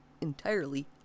entirely